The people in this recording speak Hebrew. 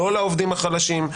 לא לעובדים החלשים.